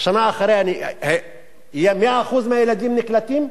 בשנה אחריה 100% הילדים נקלטים?